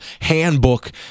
handbook